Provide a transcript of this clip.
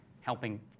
helping